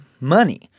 money